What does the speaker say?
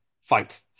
fight